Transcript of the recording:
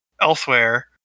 elsewhere